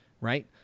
right